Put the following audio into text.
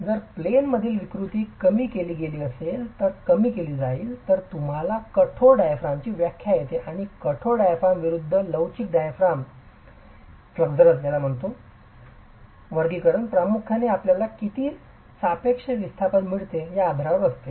जर प्लेन मधील विकृती कमी केली गेली असेल तर कमी केली जाईल तर तुम्हाला कठोर डायाफ्रामची व्याख्या येते आणि कठोर डायाफ्राम विरूद्ध लवचिक डायाफ्रामचे वर्गीकरण प्रामुख्याने आपल्याला किती सापेक्ष विस्थापन मिळते त्या आधारावर असते